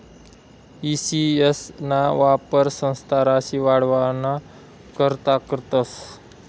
E CS ना वापर संस्था राशी वाढावाना करता करतस